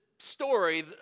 story